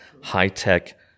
high-tech